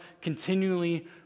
continually